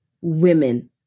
women